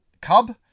Cub